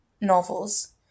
novels